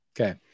Okay